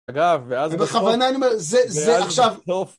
אגב, ואז בכוונה אני אומר, זה עכשיו...